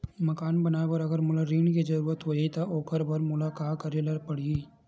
मकान बनाये बर अगर मोला ऋण के जरूरत होही त ओखर बर मोला का करे ल पड़हि?